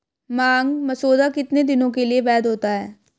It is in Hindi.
मांग मसौदा कितने दिनों के लिए वैध होता है?